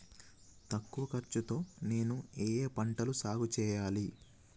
తక్కువ ఖర్చు తో నేను ఏ ఏ పంటలు సాగుచేయాలి?